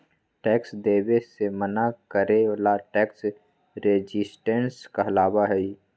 tax देवे से मना करे ला टैक्स रेजिस्टेंस कहलाबा हई